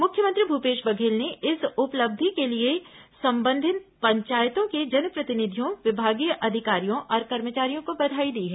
मुख्यमंत्री भूपेश बघेल ने इस उपलब्धि के लिए संबंधित पंचायतों के जनप्रतिनिधियों विभागीय अधिकारियों और कर्मचारियों को बधाई दी है